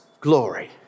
glory